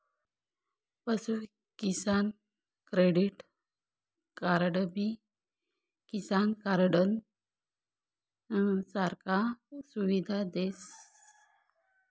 पशु किसान क्रेडिट कार्डबी किसान कार्डनं सारखा सुविधा देस